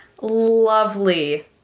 lovely